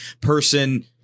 person